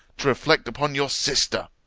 to reflect upon your sister.